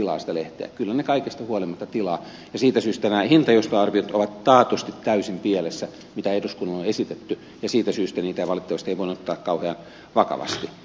kyllä he kaikesta huolimatta tilaavat ja siitä syystä nämä hintajoustoarviot ovat taatusti täysin pielessä mitä eduskunnalle on esitetty ja siitä syystä niitä ei valitettavasti voinut ottaa kauhean vakavasti